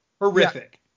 horrific